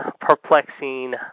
perplexing